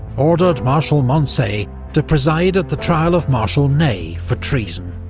ordered marshal moncey to preside at the trial of marshal ney, for treason.